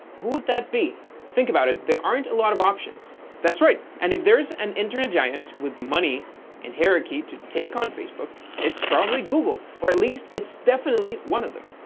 who would that be? think about it there aren't a lot of options. that's right, and if there's an internet giant with the money and hierarchy to take on facebook, it's probably google. or at least it's definitely one of them.